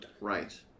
Right